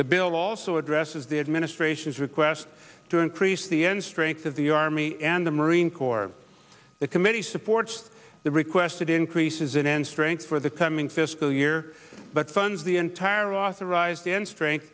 the bill also addresses the administration's request to increase the end strength of the army and the marine corps the committee supports the requested increases in end strength for the coming fiscal year that funds the entire authorized end strength